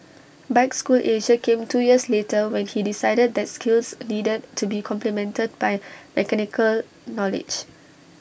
bike school Asia came two years later when he decided that skills needed to be complemented by mechanical knowledge